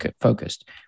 focused